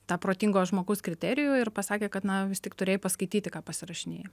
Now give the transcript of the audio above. tą protingo žmogaus kriterijų ir pasakė kad na vis tik turėjai paskaityti ką pasirašinėji